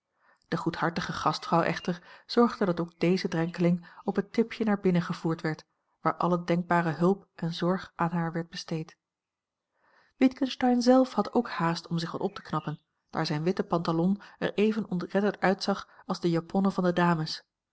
de goedhartige gastvrouw echter zorgde dat ook deze drenkeling op het tipje naar binnen gevoerd werd waar alle denkbare hulp en zorg aan haar werd besteed witgensteyn zelf had ook haast om zich wat op te knappen daar zijne witte pantalon er even ontredderd uitzag als de japonnen van de dames